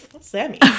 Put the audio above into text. Sammy